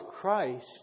Christ